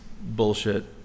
bullshit